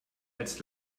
als